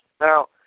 Now